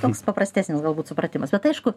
toks paprastesnis galbūt supratimas bet aišku